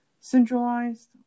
centralized